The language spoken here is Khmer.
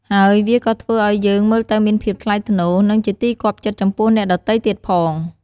ហើយវាក៏៏ធ្វើឲ្យយើងមើលទៅមានភាពថ្លៃថ្នូរ និងជាទីគាប់ចិត្តចំពោះអ្នកដទៃទៀតផង។